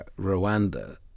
Rwanda